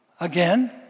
again